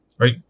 right